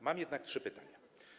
Mam jednak trzy pytania.